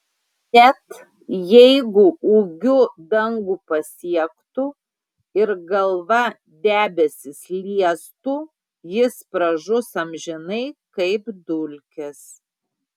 net jeigu ūgiu dangų pasiektų ir galva debesis liestų jis pražus amžinai kaip dulkės